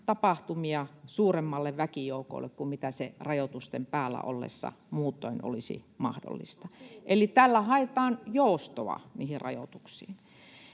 tapahtumia suuremmalle väkijoukolle kuin mitä se rajoitusten päällä ollessa muutoin olisi mahdollista. Tällä haetaan joustoa niihin rajoituksiin.